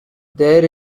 there